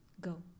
Go